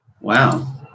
Wow